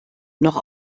noch